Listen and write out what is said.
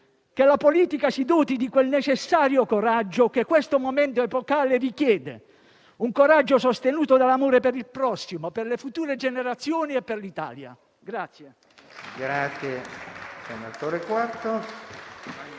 Che la politica si doti di quel necessario coraggio che questo momento epocale richiede; un coraggio sostenuto dall'amore per il prossimo, per le future generazioni e per l'Italia.